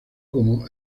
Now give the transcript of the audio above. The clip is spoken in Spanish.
como